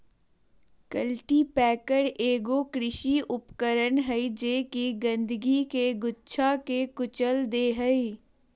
cultipacker एगो कृषि उपकरण हइ जे कि गंदगी के गुच्छा के कुचल दे हइ